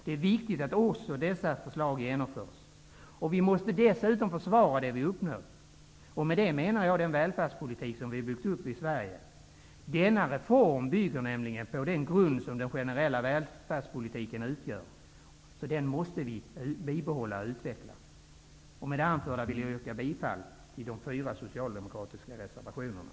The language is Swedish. Det är viktigt att också dessa förslag genomförs. Vi måste dessutom försvara det vi uppnått. Med det menar jag den välfärdspolitik som vi byggt upp i Sverige. Denna reform bygger nämligen på den grund som den generella välfärdspolitiken utgör. Den måste vi bibehålla och utveckla. Med det anförda vill jag yrka bifall till de fyra socialdemokratiska reservationerna.